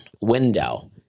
window